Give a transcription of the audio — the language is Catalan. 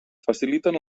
faciliten